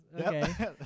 Okay